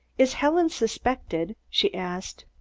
is helen suspected? she asked.